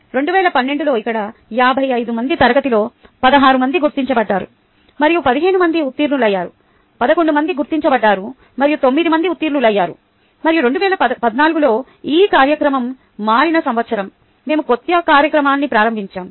2012 లో అక్కడ 55 మంది తరగతిలో 16 మంది గుర్తించబడ్డారు మరియు 15 మంది ఉత్తీర్ణులయ్యారు 11 మంది గుర్తించబడ్డారు మరియు 9 మంది ఉత్తీర్ణులయ్యారు మరియు 2014 లో ఈ కార్యక్రమం మారిన సంవత్సరం మేము కొత్త కార్యక్రమాన్ని ప్రారంభించాము